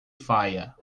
faia